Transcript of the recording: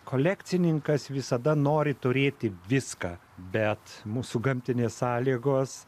kolekcininkas visada nori turėti viską bet mūsų gamtinės sąlygos